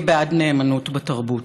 אתה אל תדבר בכלל.